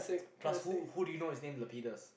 plus who do you know is named Lapidas